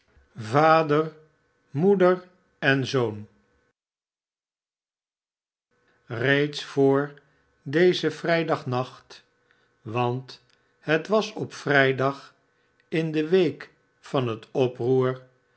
vader moeder en zoon reeds vr dezen vrijdagnacht want het was op vrijdag in de week van het oproer